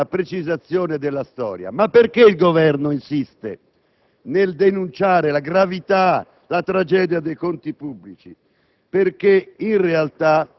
questi dati per una precisazione della storia. Ma perché il Governo insiste nel denunciare la gravità, la tragedia dei conti pubblici?